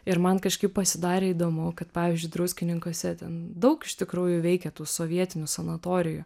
ir man kažkaip pasidarė įdomu kad pavyzdžiui druskininkuose ten daug iš tikrųjų veikė tų sovietinių sanatorijų